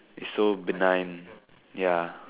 it's so benign ya